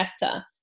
better